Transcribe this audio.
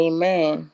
Amen